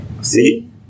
see